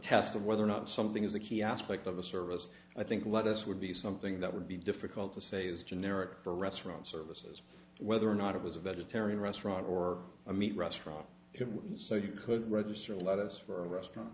test of whether or not something is a key aspect of the service i think let us would be something that would be difficult to say as generic the restaurant services whether or not it was a vegetarian restaurant or a meat restaurant if you so you could register let us for a restaurant